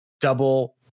double